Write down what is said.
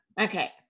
Okay